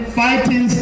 fighting